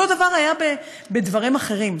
אותו דבר היה בדברים אחרים.